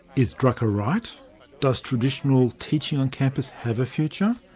is drucker right does traditional teaching on campus have a future?